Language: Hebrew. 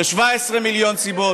וגם לא 15 מיליון סיבות, אדוני.